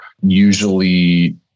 Usually